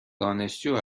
دانشجو